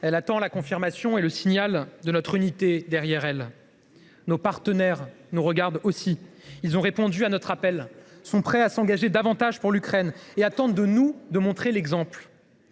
attend la confirmation et le signal de notre unité derrière elle. Nos partenaires nous regardent. Ils ont répondu à notre appel, sont prêts à s’engager davantage pour l’Ukraine et attendent de nous que nous montrions l’exemple.